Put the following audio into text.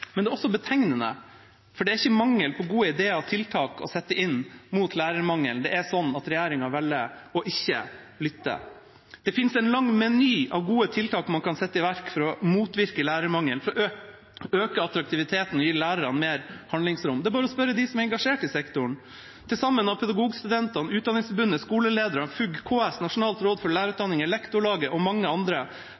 men det er også betegnende, for det er ikke mangel på gode ideer og tiltak å sette inn mot lærermangelen. Men regjeringa velger å ikke lytte. Det finnes en lang meny av gode tiltak man kan sette i verk for å motvirke lærermangelen, øke attraktiviteten og gi lærerne mer handlingsrom. Det er bare å spørre dem som er engasjert i sektoren. Til sammen har Pedagogstudentene, Utdanningsforbundet, skolelederne, Foreldreutvalget for grunnopplæringen, KS, Nasjonalt råd for